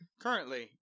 Currently